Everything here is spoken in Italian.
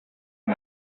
noi